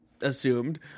assumed